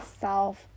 self